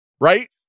right